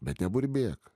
bet neburbėk